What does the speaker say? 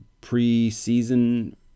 pre-season